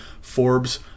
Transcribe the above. Forbes